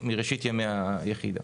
מראשית ימי היחידה.